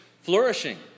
flourishing